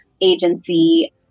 agency